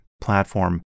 platform